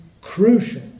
crucial